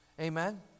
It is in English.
Amen